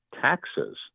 taxes